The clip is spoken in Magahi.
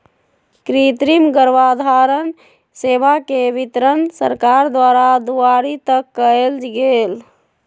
कृतिम गर्भधारण सेवा के वितरण सरकार द्वारा दुआरी तक कएल गेल